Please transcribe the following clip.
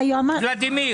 נכון.